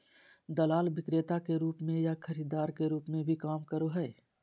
दलाल विक्रेता के रूप में या खरीदार के रूप में भी काम करो हइ